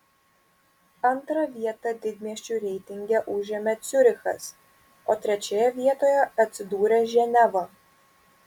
antrą vietą didmiesčių reitinge užėmė ciurichas o trečioje vietoje atsidūrė ženeva